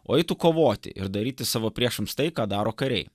o eitų kovoti ir daryti savo priešams tai ką daro kariai